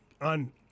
on